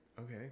okay